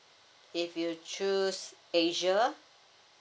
if you choose asia